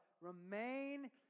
Remain